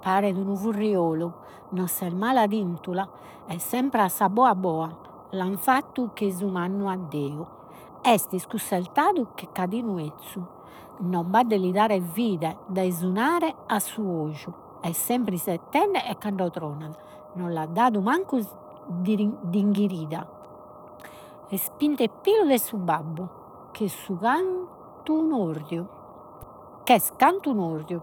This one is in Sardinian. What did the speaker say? paret unu furriolu, non ses mala tintula, est sempre a s'abboa abboa. L'an fattu chei su mannu a est iscusseltadu che cadinu 'ezzu, non b'at de li dare fide dae su nare a est sempre isettende e cando tronat. No l'at dadu mancu din- dinghirida, est pint'e pilu de su babbu, ch'est sun cantu un'orriu, ch'est cantu un orriu